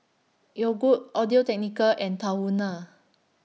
Yogood Audio Technica and Tahuna